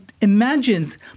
imagines